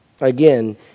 Again